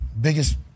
Biggest